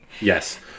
Yes